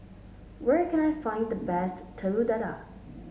where can I find the best Telur Dadah